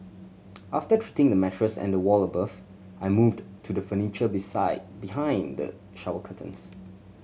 after treating the mattress and the wall above I moved to the furniture beside behind the shower curtains